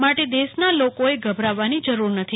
માટે દેશના લોકોએ ગભરાવાની જરૂર નથી